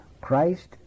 Christ